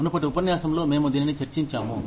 మునుపటి ఉపన్యాసంలో మేము దీనిని చర్చించాము